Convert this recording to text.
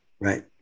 Right